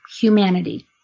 humanity